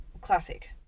classic